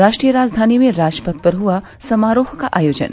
राष्ट्रीय राजधानी में राजपथ पर हुआ समारोह का आयोजन